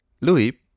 Louis